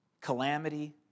calamity